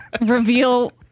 reveal